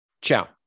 Ciao